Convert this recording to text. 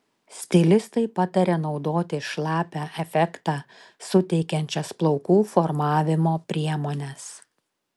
stilistai pataria naudoti šlapią efektą suteikiančias plaukų formavimo priemones